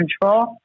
control